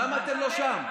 למה אתם לא שם?